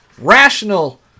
Rational